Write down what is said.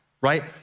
right